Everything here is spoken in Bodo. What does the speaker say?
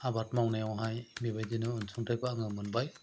आबाद मावनायावहाय बेबादिनो अनसुंथायखौ आङो मोनबाय